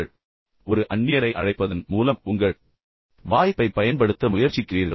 எனவே ஒரு அந்நியரை அழைப்பதன் மூலம் உங்கள் வாய்ப்பைப் பயன்படுத்த முயற்சிக்கிறீர்களா